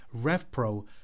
RevPro